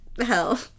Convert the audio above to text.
Hell